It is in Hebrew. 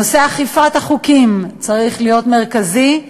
נושא אכיפת החוקים צריך להיות מרכזי,